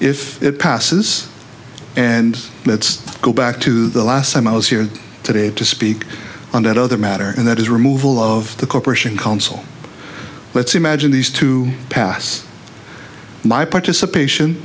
if it passes and let's go back to the last time i was here today to speak on that other matter and that is removal of the corporation council let's imagine these to pass my participation